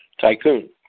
Tycoon